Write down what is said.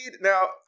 Now